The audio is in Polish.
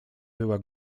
była